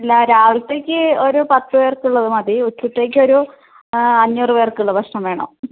അല്ല രാവിലത്തേക്ക് ഒരു പത്ത് പേർക്കുള്ളത് മതി ഉച്ചത്തേക്ക് ഒരു അഞ്ഞൂറ് പേർക്കുള്ള ഭക്ഷണം വേണം